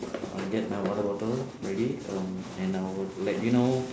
I'll get my water bottle ready um and I will let you know